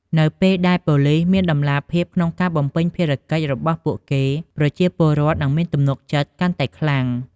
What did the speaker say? នៅពេលដែលប៉ូលីសមានតម្លាភាពក្នុងការបំពេញភារកិច្ចរបស់ពួកគេ ប្រជាពលរដ្ឋនឹងមានទំនុកចិត្តកាន់តែខ្លាំង។